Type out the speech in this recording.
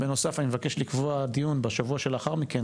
בנוסף אני מבקש לקבוע דיון בשבוע שלאחר מכן,